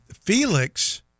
felix